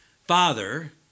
Father